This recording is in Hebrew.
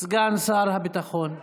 סגן שר הביטחון.